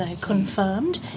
confirmed